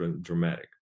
dramatic